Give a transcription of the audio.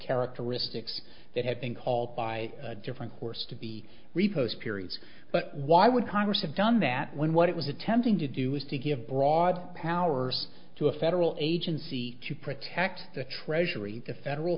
characteristics that have been called by a different course to be reposed periods but why would congress have done that when what it was attempting to do was to give broad powers to a federal agency to protect the treasury the federal